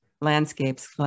landscapes